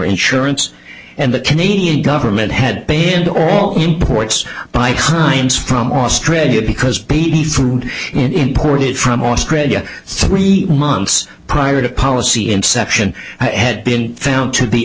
insurance and the canadian government had banned all imports by kinds from australia because baby food imported from australia three months prior to the policy inception had been found to